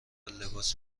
لباس